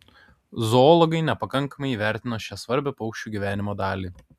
zoologai nepakankamai įvertino šią svarbią paukščių gyvenimo dalį